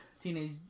teenage